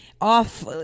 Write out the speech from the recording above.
off